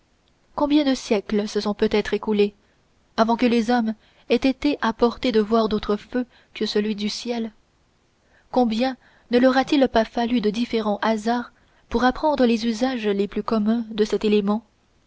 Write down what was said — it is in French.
combien de siècles se sont peut-être écoulés avant que les hommes aient été à portée de voir d'autre feu que celui du ciel combien ne leur a-t-il pas fallu de différents hasards pour apprendre les usages les plus communs de cet élément